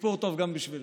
סיפור טוב גם בשבילך.